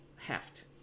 heft